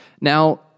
Now